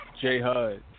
J-Hud